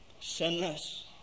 sinless